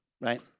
right